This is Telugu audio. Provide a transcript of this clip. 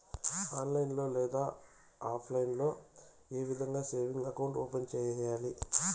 ఆన్లైన్ లో లేదా ఆప్లైన్ లో ఏ విధంగా సేవింగ్ అకౌంట్ ఓపెన్ సేయాలి